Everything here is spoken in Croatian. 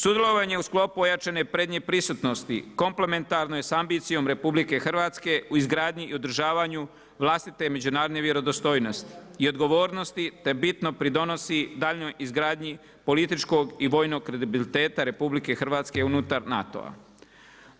Sudjelovanje u sklopu ojačane prednje prisutnosti, komplementarnoj s ambicijom RH u izgradnji i održavanju vlastite međunarodne vjerodostojnosti i odgovornosti, te bitno pridonosi daljnjoj izgradnji političkog i vojnog kredibiliteta RH unutar NATO-a.